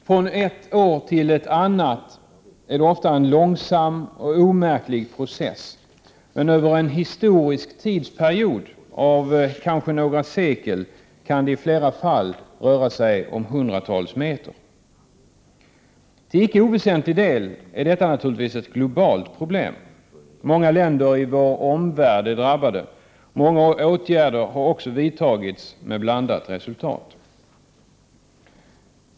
Från ett år till ett annat kan det ofta vara en långsam och omärklig process, men över en historisk tidsperiod av några sekel kan det i många fall röra sig om hundratals meter. Till icke oväsentlig del är detta ett globalt problem. Många länder runt i vår omvärld är drabbade. Många åtgärder har också vidtagits med blandat resultat.